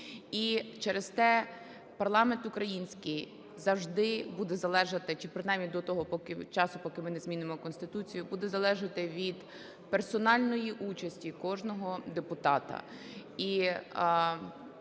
І через те парламент український завжди буде залежати, чи принаймні до того часу, поки ми не змінимо Конституцію, буде залежати від персональної участі кожного депутата.